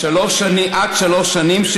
עד שלוש שנים.